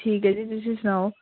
ਠੀਕ ਹੈ ਜੀ ਤੁਸੀਂ ਸੁਣਾਓ